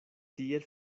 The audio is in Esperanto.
tiel